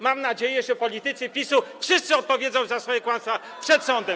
Mam nadzieję, że politycy PiS-u wszyscy odpowiedzą za swoje kłamstwa przed sądem.